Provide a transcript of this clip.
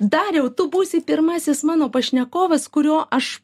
dariau tu būsi pirmasis mano pašnekovas kurio aš